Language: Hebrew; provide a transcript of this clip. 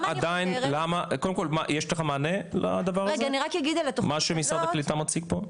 יש לך מענה לדבר הזה, למה שמשרד הקליטה מציג פה?